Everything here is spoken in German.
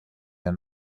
der